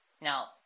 Now